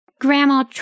Grandma